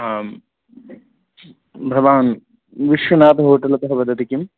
आं भवान् विश्वनाथ होटेल तः वदति किम्